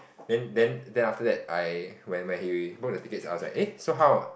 then then then after that I when when he book the tickets I was eh like so how